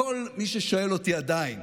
לכל מי ששואל אותי עדיין